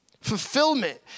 fulfillment